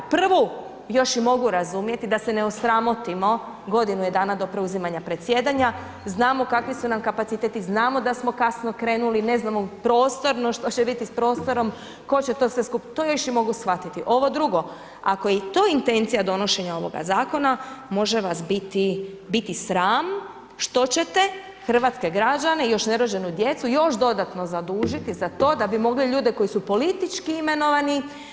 Prvu još i mogu razumjeti, da se ne osramotimo, godinu je dana do preuzimanja predsjedanja, znamo kakvi su nam kapaciteti, znamo da smo kasno krenuli, ne znamo prostorno, što će biti s prostorom, tko će to sve skupa, to još i mogu shvatiti, ovo drugo, ako je to intencija donošenja ovoga zakona, može vas biti sram što ćete hrvatske građane, još nerođenu djecu još dodatno zadužiti za to da bi mogli ljude koji su politički imenovani,